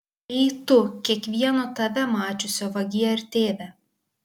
ei tu kiekvieno tave mačiusio vagie ir tėve